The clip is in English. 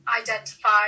identify